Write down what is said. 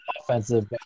offensive